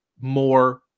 more